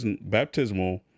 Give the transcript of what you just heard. baptismal